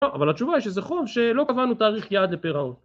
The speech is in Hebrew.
אבל לתשובה יש איזה חוב שלא קבענו תאריך יעד לפרעון.